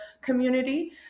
community